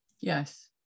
Yes